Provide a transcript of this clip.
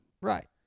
Right